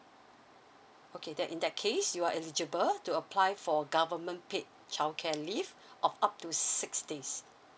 okay then in that case you are eligible to apply for government paid childcare leave of up to six days